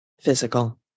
physical